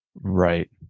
Right